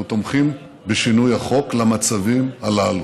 אנחנו תומכים בשינוי החוק למצבים הללו.